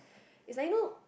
as I know